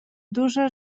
duże